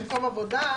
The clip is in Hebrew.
במקום העבודה,